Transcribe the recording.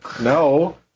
no